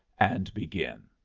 and begin.